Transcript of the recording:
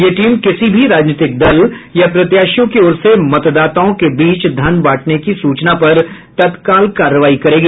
यह टीम किसी भी राजनीतिक दल या प्रत्याशियों की ओर से मतदाताओं के बीच धन बांटने की सूचना पर तत्काल कार्रवाई करेगी